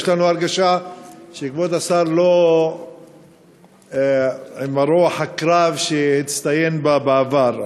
יש לנו הרגשה שכבוד השר אינו עם רוח הקרב שהוא הצטיין בה בעבר.